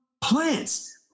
plants